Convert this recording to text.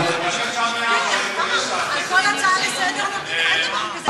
החוצה, בושה וחרפה.